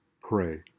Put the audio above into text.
pray